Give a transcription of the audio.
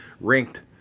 Ranked